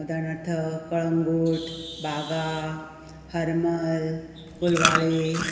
दाणाठक Calangute Baga Harmal Colvale